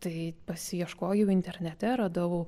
tai pasiieškojau internete radau